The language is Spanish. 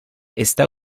está